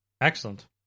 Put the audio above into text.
Excellent